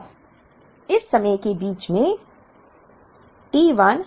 अब इस समय के बीच में t